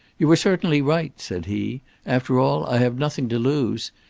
you are certainly right, said he after all, i have nothing to lose.